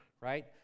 right